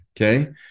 okay